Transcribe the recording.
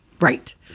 right